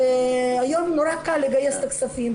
והיום נורא קל לגייס כספים.